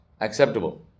acceptable